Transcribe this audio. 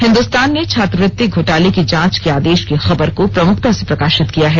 हिन्दुस्तान ने छात्रवृति घोटाले की जांच के आदेश की खबर को प्रमुखता से प्रकाशित किया है